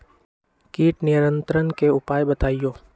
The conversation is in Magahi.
किट नियंत्रण के उपाय बतइयो?